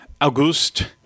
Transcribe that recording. August